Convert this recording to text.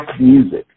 music